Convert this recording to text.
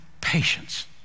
patience